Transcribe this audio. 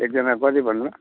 एकजनाको कति भन्नुभयो